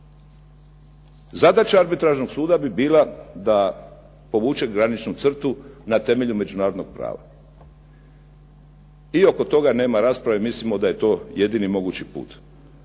Zadaća arbitražnog suda bi bila da povuče graničnu crtu na temelju međunarodnog prava. I oko toga nema rasprave, mislimo da je to jedini mogući put,